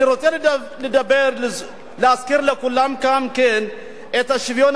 אני רוצה להזכיר לכולם כאן גם את השוויון